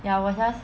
ya 我 just